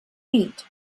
heat